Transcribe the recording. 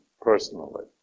personally